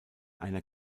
einer